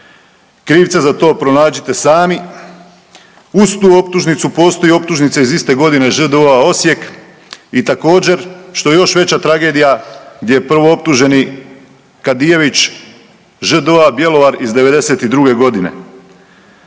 krivce za to pronađite sami. Uz tu optužnicu postoji i optužnica iz iste godine ŽDO Osijek i također što je još veća tragedija gdje je prvooptuženi Kadijević ŽDO-a Bjelovar iz '92.g..